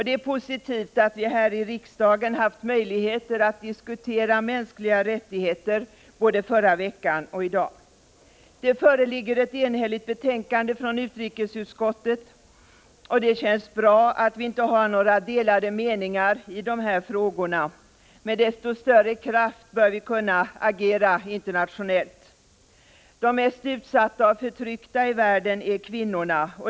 Det är positivt att vi häri riksdagen haft möjlighet att diskutera mänskliga rättigheter både förra veckan och i dag. Det föreligger ett enhälligt betänkande från utrikesutskottet, och det känns bra att vi inte har några delade meningar i de här frågorna. Med desto större kraft bör vi kunna agera internationellt. De mest utsatta och förtryckta i världen är kvinnor.